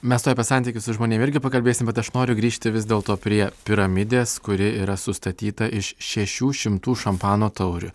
mes tuoj apie santykius su žmonėm irgi pakalbėsim bet aš noriu grįžti vis dėlto prie piramidės kuri yra sustatyta iš šešių šimtų šampano taurių